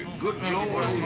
good lord,